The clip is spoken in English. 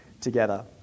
together